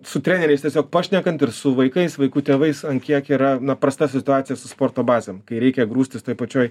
su treneriais tiesiog pašnekant ir su vaikais vaikų tėvais ant kiek yra prasta situacija su sporto bazėm kai reikia grūstis toj pačioj